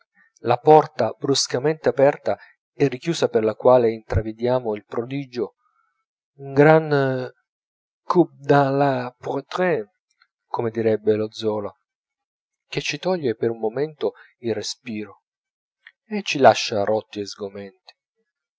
la porta bruscamente aperta e richiusa per la quale intravvediamo il prodigio un gran coup dans la poitrine come direbbe lo zola che ci toglie per un momento il respiro e ci lascia rotti e sgomenti